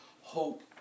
hope